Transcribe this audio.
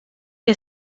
que